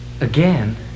Again